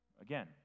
again